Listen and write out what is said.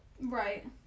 Right